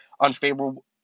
unfavorable